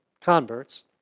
converts